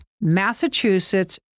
Massachusetts